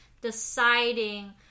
deciding